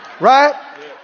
Right